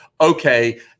okay